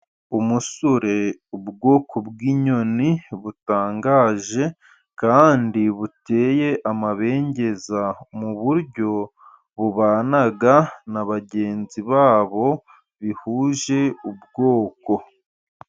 Umusure ni ubwoko bw'inyoni butangaje kandi buteye amabengeza mu buryo bubanaga na bagenzi babo bihuje ubwoko.